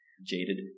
jaded